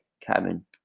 cabin